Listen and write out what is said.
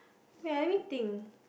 wait ah let me think